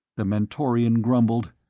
the mentorian grumbled,